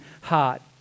heart